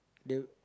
the